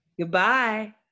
Goodbye